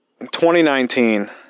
2019